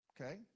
Okay